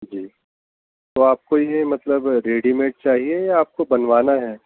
جی تو آپ کو یہ مطلب ریڈی میڈ چاہیے یا آپ کو بنوانا ہے